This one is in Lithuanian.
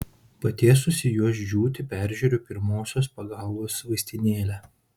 patiesusi juos džiūti peržiūriu pirmosios pagalbos vaistinėlę